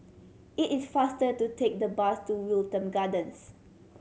it is faster to take the bus to Wilton Gardens